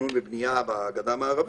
תכנון ובנייה בגדה המערבית,